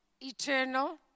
eternal